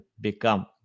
become